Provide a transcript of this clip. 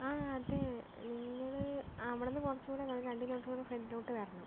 അതെ നിങ്ങള് അവിടുന്ന് കുറച്ചുംകൂടെ വരണം രണ്ട് കിലോമീറ്ററുകൂടെ ഫ്രണ്ടിലോട്ട് വരണം